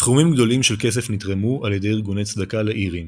סכומים גדולים של כסף נתרמו על ידי ארגוני צדקה לאירים.